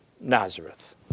Nazareth